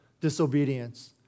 disobedience